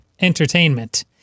entertainment